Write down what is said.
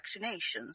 vaccinations